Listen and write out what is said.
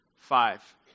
five